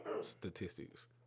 statistics